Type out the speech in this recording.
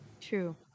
true